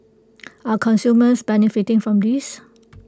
are consumers benefiting from this